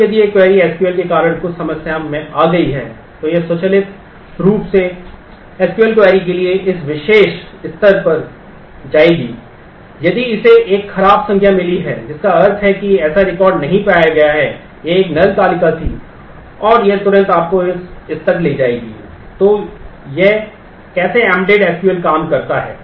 और यदि यह क्वेरी एसक्यूएल काम करता है